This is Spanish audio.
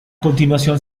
continuación